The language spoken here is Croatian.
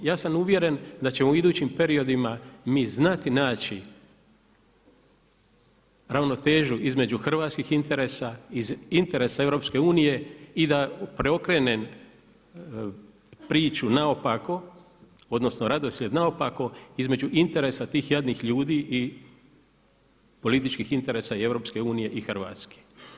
Ja sam uvjeren da ćemo u idućim periodima mi znati naći ravnotežu između hrvatskih interesa i interesa EU i da preokrenem priču naopako odnosno redoslijed naopako između interesa tih jadnih ljudi i političkih interesa i EU i Hrvatske.